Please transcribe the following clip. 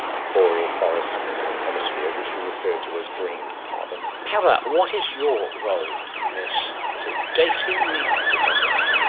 arboreal forests of the northern hemisphere which we refer to as green carbon. pere, what is your role in this? is it dating the deposits?